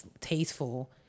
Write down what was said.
tasteful